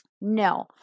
No